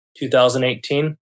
2018